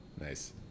Nice